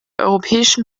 europäischen